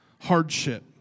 hardship